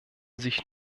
sich